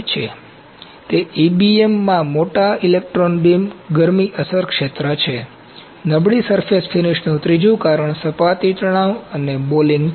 તે EBM electron beam machining માં મોટા ઇલેક્ટ્રોન બીમ ગરમી અસરગ્રસ્ત ક્ષેત્ર છે નબળીસરફેસ ફિનિશ નું ત્રીજું કારણ સપાટી તણાવ અને બોલિંગ છે